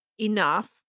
enough